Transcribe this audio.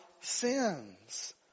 sins